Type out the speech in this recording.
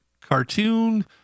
cartoon